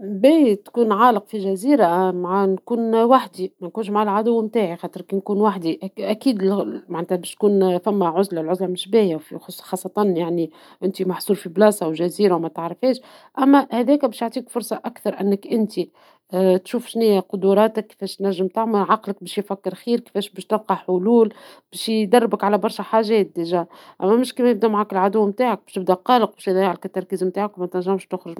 باهي تكون عالق في الجزيرة مع نكون وحدي منكونش مع العدو نتاعي خاطر كي نكون وحدي أكيد معناتها باش تكون فما عزلة ، العزلة مش باهية خاصة أنت محصور في بلاصة وجزيرة متعرفهاش أما هذاكا باش يعطيك فرصة أكثر أنك أنتي تشوف شنيا قدراتك كفاش تنجم فما عقلك كفاش باش يفكر خير ، كفاش باش تلقى حلول باش يدربك على برشا حاجات ديجا ، أما مش كما يبدى العدو نتاعك باش يبدى القلق باش يضيعلك تركيز نتاعك ومتنجمش تخرج.